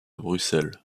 bruxelles